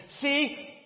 See